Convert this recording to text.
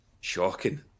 shocking